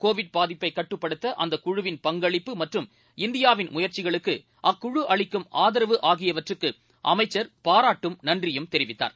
Covid பாதிப்பைக் கட்டுப்படுத்தஅந்தக் குழுவிள் பங்களிப்பு மற்றம் இந்தியாவின் முயற்சிகளுக்குஅக்குழுஅளிக்கும் ஆதரவு ஆகியவற்றுக்குஅமைச்சர் பாராட்டும் நன்றியும் தெரிவித்தார்